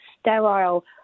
sterile